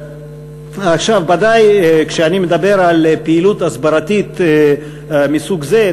בוודאי כשאני מדבר על פעילות הסברתית מסוג זה,